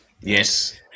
Yes